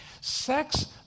sex